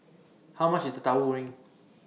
How much IS Tauhu Goreng